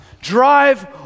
drive